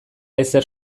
ezer